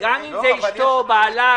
אבל הקואליציה, זה מרגיש לי שיש לכם בעיות שם.